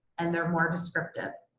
and they're more descriptive.